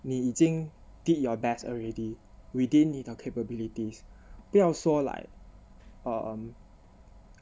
你已经 did your best already within 你的 capabilities 不要说 like um